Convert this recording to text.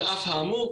על אף האמור,